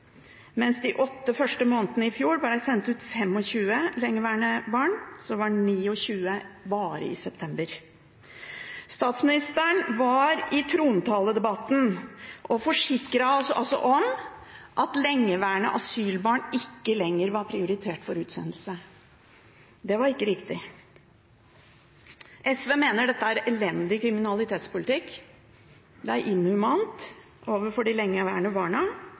Mens det de åtte første månedene i fjor ble sendt ut 25 lengeværende barn, så var tallet 29 bare i september. Statsministeren var her i trontaledebatten og forsikret oss om at lengeværende asylbarn ikke lenger var prioritert for utsendelse. Det var ikke riktig. SV mener dette er elendig kriminalitetspolitikk, det er inhumant overfor de lengeværende barna,